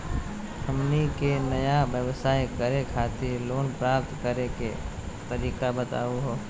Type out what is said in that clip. हमनी के नया व्यवसाय करै खातिर लोन प्राप्त करै के तरीका बताहु हो?